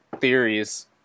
theories